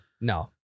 no